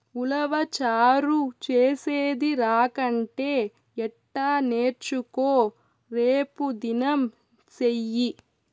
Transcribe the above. ఉలవచారు చేసేది రాకంటే ఎట్టా నేర్చుకో రేపుదినం సెయ్యి